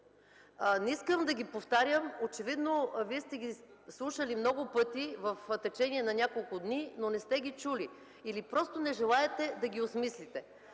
Не искам да ги повтарям, очевидно Вие сте ги слушали много пъти в течение на няколко дни, но не сте ги чули или просто не желаете да ги осмислите.